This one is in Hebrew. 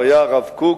והיה הרב קוק,